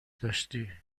داشتی